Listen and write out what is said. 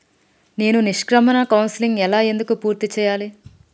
నేను నిష్క్రమణ కౌన్సెలింగ్ ఎలా ఎందుకు పూర్తి చేయాలి?